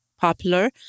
popular